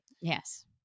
Yes